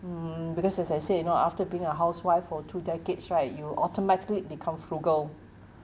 mm because as I said you know after being a housewife for two decades right you automatically become frugal